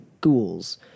ghouls